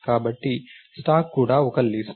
కాబట్టి స్టాక్ కూడా ఒక లిస్ట్